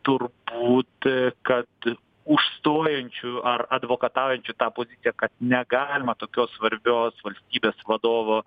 turbūt kad užstojančių ar advokataujančių tą poziciją kad negalima tokios svarbios valstybės vadovo